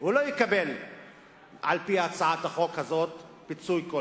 הוא לא יקבל על-פי הצעת החוק הזאת פיצוי כלשהו.